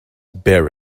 bear